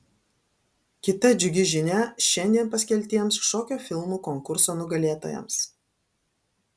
kita džiugi žinia šiandien paskelbtiems šokio filmų konkurso nugalėtojams